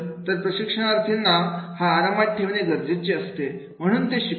तर प्रशिक्षणार्थींना हा आरामात ठेवणे गरजेचे असते म्हणजे ते शिकू शकतील